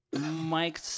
Mike